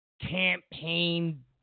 campaign